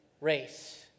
race